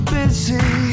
busy